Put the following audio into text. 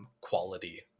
quality